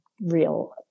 real